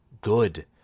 good